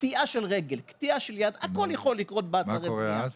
קטיעה --- מה קורה אז?